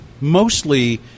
mostly